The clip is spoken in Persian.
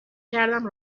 کردم